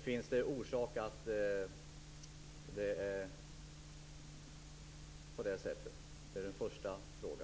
Finns det orsak att förmoda att det är på det sättet? Det är den första frågan.